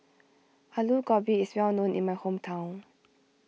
Aloo Gobi is well known in my hometown